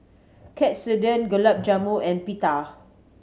Katsudon Gulab Jamun and Pita